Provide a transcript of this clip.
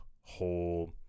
whole